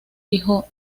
dijo